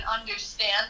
understand